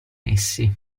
essi